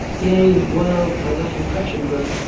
yea world by that impression grow,